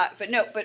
but but no, but